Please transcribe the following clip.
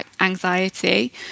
anxiety